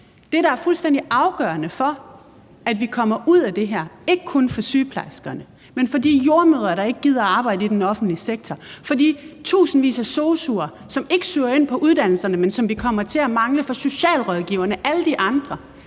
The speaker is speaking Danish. Det, der er fuldstændig afgørende for, at vi kommer ud af det her – ikke kun i forhold til sygeplejerskerne, men også i forhold til de jordemødre, der ikke gider at arbejde i den offentlige sektor, i forhold til de tusindvis af sosu'er, som ikke søger ind på uddannelserne, men som vi kommer til at mangle, og i forhold til socialrådgiverne og alle de andre